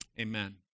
amen